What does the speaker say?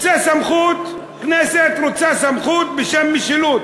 רוצה סמכות, הכנסת רוצה סמכות בשם משילות.